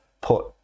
put